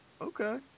Okay